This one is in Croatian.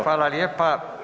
Hvala lijepa.